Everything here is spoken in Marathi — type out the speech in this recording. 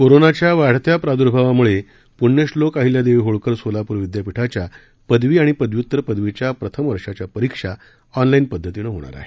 कोरोनाच्या वाढत्या प्रार्द्भावामुळे प्रण्यश्लोक अहिल्यादेवी होळकर सोलापूर विद्यापीठाच्या पदवी आणि पदव्युत्तर पदवीच्या प्रथम वर्षाच्या परीक्षा ऑनलात्ति पद्धतीनं होणार आहेत